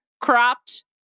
cropped